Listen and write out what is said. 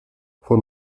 von